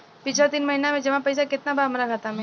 पिछला तीन महीना के जमा पैसा केतना बा हमरा खाता मे?